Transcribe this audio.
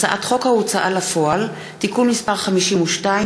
הצעת חוק ההוצאה לפועל (תיקון מס' 52),